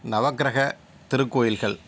நவக்கிரக திருக்கோயில்கள்